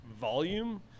volume